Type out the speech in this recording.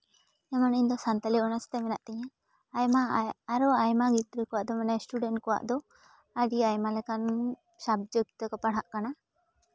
ᱡᱮᱢᱚᱱ ᱤᱧ ᱫᱚ ᱥᱟᱱᱛᱟᱲᱤ ᱚᱱᱟᱨᱥ ᱛᱮ ᱢᱮᱱᱟᱜ ᱛᱤᱧᱟ ᱟᱭᱢᱟ ᱟᱨᱚ ᱟᱭᱢᱟ ᱜᱤᱫᱽᱨᱟᱹ ᱠᱚᱣᱟᱜ ᱫᱚ ᱢᱟᱱᱮ ᱤᱥᱴᱩᱰᱮᱱᱴ ᱠᱚᱣᱟᱜ ᱫᱚ ᱟᱹᱰᱤ ᱟᱭᱢᱟ ᱞᱮᱠᱟᱱ ᱥᱟᱵᱡᱮᱠᱴ ᱛᱮᱠᱚ ᱯᱟᱲᱦᱟᱜ ᱠᱟᱱᱟ